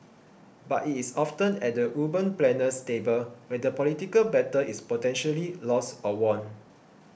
but it is often at the urban planner's table where the political battle is potentially lost or won